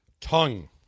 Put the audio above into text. Tongue